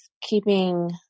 keeping